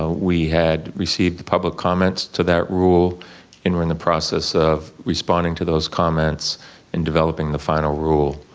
ah we had received the public comments to that rule entering the process of responding to those comments and developing the final rule